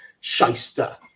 shyster